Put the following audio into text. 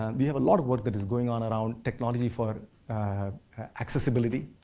and we have a lot of work that is going on around technology for accessibility.